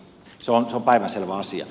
se on päivänselvä asia